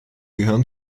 gehören